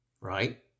Right